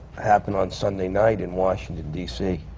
happened on sunday night in washington d c,